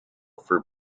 for